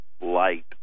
light